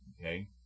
Okay